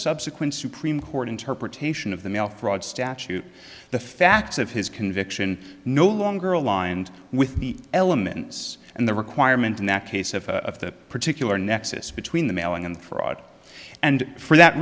subsequent supremes court interpretation of the mail fraud statute the facts of his conviction no longer aligned with the elements and the requirement in that case of of the particular nexus between the mailing and the fraud and for that